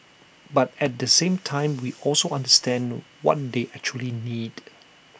but at the same time we also understand what they actually need